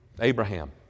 Abraham